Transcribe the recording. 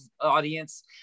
audience